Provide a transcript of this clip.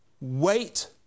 wait